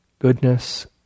goodness